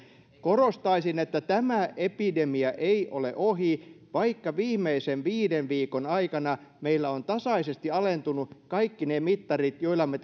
korostaisin että tämä epidemia ei ole ohi vaikka viimeisen viiden viikon aikana meillä ovat tasaisesti alentuneet kaikki ne mittarit joilla me